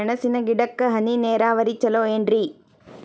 ಮೆಣಸಿನ ಗಿಡಕ್ಕ ಹನಿ ನೇರಾವರಿ ಛಲೋ ಏನ್ರಿ?